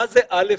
מה זה א'-ב'